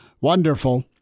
Wonderful